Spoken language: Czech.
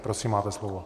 Prosím, máte slovo.